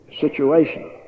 situation